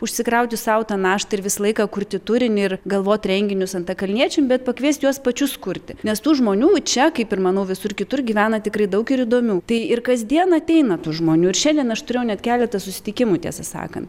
užsikrauti sau tą naštą ir visą laiką kurti turinį ir galvot renginius antakalniečiam bet pakviest juos pačius kurti nes tų žmonių čia kaip ir manau visur kitur gyvena tikrai daug ir įdomių tai ir kasdien ateina tų žmonių ir šiandien aš turėjau net keletą susitikimų tiesą sakant